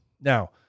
Now